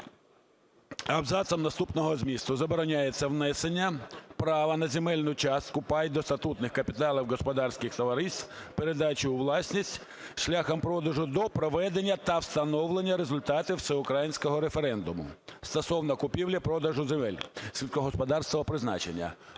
абзацом наступного змісту: "Забороняється внесення права на земельну частку (пай) до статутних капіталів господарських товариств, передачу у власність шляхом продажу до проведення та встановлення результатів всеукраїнського референдуму стосовно купівлі-продажу земель сільськогосподарського призначення".